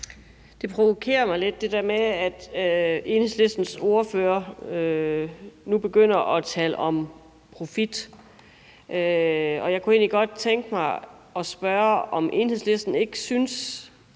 Det provokerer mig lidt, at Enhedslistens ordfører nu begynder at tale om profit. Jeg kunne egentlig godt tænke mig at spørge, om ikke Enhedslisten synes,